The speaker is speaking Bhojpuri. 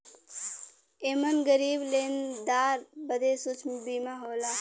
एमन गरीब लेनदार बदे सूक्ष्म बीमा होला